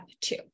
two